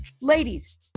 Ladies